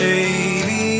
Baby